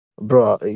Bro